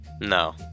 No